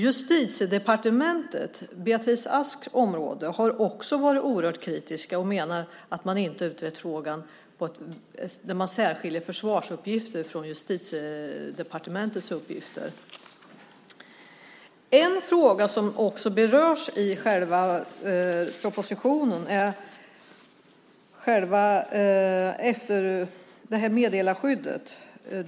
Justitiedepartementet, Beatrice Asks område, har också varit oerhört kritiskt och menar att man inte har utrett frågan där man särskiljer försvarsuppgifter från Justitiedepartementets uppgifter. En fråga som också berörs i propositionen är meddelarskyddet.